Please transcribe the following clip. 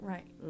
Right